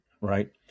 right